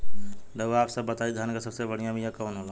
रउआ आप सब बताई धान क सबसे बढ़ियां बिया कवन होला?